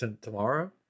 tomorrow